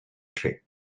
trick